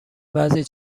بعضی